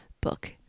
book